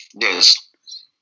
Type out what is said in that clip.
Yes